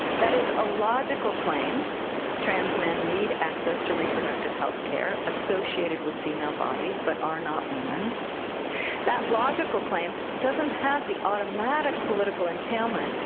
that is, a logical claim trans men need access to reproductive health care associated with female bodies, but are not women that logical claim doesn't have the automatic political entailment.